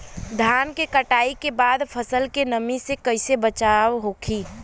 धान के कटाई के बाद फसल के नमी से कइसे बचाव होखि?